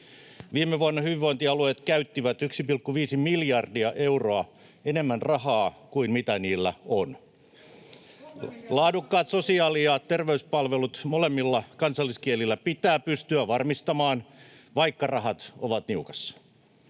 Viime vuonna hyvinvointialueet käyttivät 1,5 miljardia euroa enemmän rahaa kuin mitä niillä on. Laadukkaat sosiaali- ja terveyspalvelut molemmilla kansalliskielillä pitää pystyä varmistamaan, vaikka rahat ovat niukassa.